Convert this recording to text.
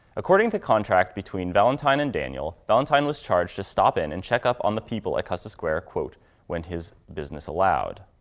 according to contract between valentine and daniel, valentine was charged to stop in and check up on the people at custis square when his business allowed.